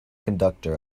conductor